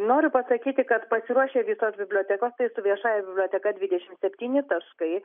noriu pasakyti kad pasiruošę visos bibliotekos tai su viešąja biblioteka dvidešimt septyni taškai